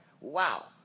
wow